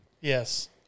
yes